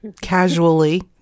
casually